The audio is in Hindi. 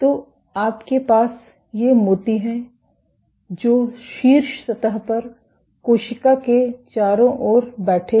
तो आपके पास ये मोती हैं जो शीर्ष सतह पर कोशिका के चारों ओर बैठे हैं